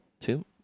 Two